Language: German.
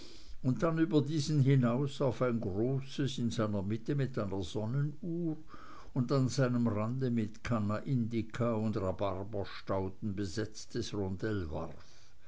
und dann über diesen hinaus auf ein großes in seiner mitte mit einer sonnenuhr und an seinem rande mit canna indica und rhabarberstauden besetzten rondell warf